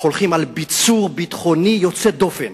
הולכים על ביצור ביטחוני יוצא דופן.